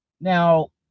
Now